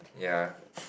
ya